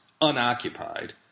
unoccupied